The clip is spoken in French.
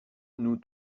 nous